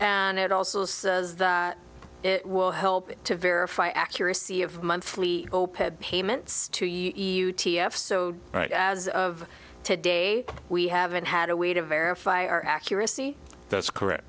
and it also says that it will help to verify accuracy of monthly payments to you t f so right as of today we haven't had a way to verify our accuracy that's correct